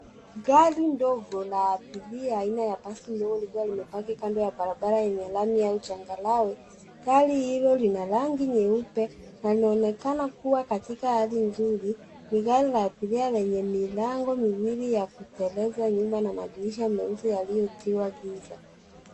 Gari ndogo la abiria aina ya basi ndogo likiwa limepaki kando ya bara bara yenye lami au changarawe gari hilo lina rangi nyeupe na inaonekana kuwa katika hali nzuri ni garti la abiria lenye milango miwili ya kuteleza nyuma na madirisha meusi yaliyotiwa giza.